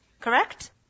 Correct